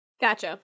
gotcha